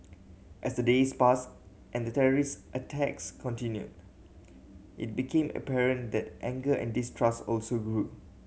as the days passed and the terrorist attacks continued it became apparent that anger and distrust also grew